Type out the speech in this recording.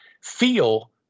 feel